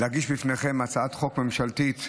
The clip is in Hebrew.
להגיש בפניכם הצעת חוק ממשלתית,